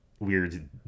weird